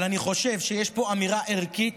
אני חושב שיש פה אמירה ערכית,